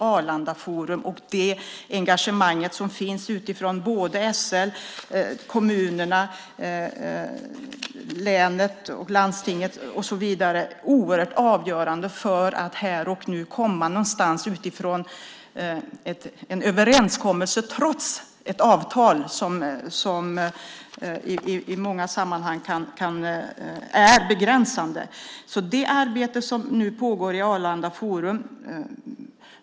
Arlanda forum och det engagemang som finns hos SL, kommunerna, länet och landstinget är oerhört avgörande för att vi ska komma någonstans när det gäller en överenskommelse trots ett avtal som är begränsande i många sammanhang. Det arbetet pågår nu i Arlanda forum.